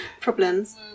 problems